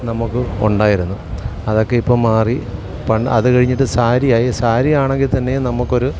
നമുക്ക് ഉണ്ടായിരുന്നു അതൊക്കെ ഇപ്പം മാറി അത് കഴിഞ്ഞിട്ട് സാരിയായി സാരിയാണെങ്കിൽ തന്നെയും നമുക്ക് ഒരു